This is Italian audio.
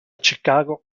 chicago